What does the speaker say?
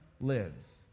lives